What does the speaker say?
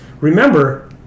remember